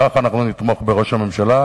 כך נתמוך בראש הממשלה.